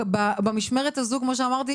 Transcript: במשמרת הזאת כמו שאמרתי,